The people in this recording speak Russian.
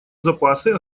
запасы